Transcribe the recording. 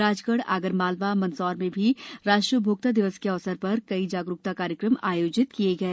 राजगढ़ आगर मालवा मंदसौर में भी राष्ट्रीय उपभोक्ता दिवस के अवसर पर कई जागरुकता कार्यक्रम आयोजित किए गए